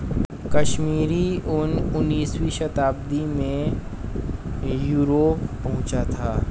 कश्मीरी ऊन उनीसवीं शताब्दी में यूरोप पहुंचा था